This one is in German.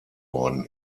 worden